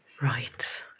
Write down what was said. Right